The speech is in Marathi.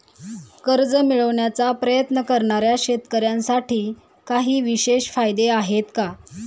कर्ज मिळवण्याचा प्रयत्न करणाऱ्या शेतकऱ्यांसाठी काही विशेष फायदे आहेत का?